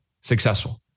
successful